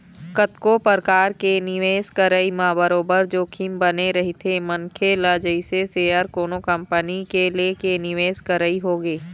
कतको परकार के निवेश करई म बरोबर जोखिम बने रहिथे मनखे ल जइसे सेयर कोनो कंपनी के लेके निवेश करई होगे